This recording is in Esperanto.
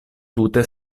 tute